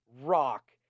Rock